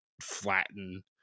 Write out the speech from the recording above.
flatten